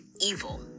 evil